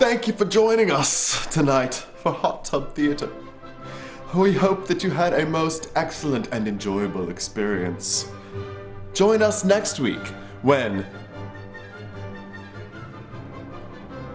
thank you for joining us tonight top theatre who we hope that you had a most excellent and enjoyable experience join us next week when